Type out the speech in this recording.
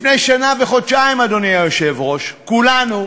לפני שנה וחודשיים, אדוני היושב-ראש, כולנו,